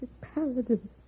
Paladin